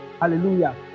hallelujah